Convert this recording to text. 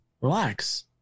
Relax